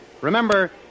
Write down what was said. Remember